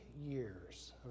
years